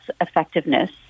effectiveness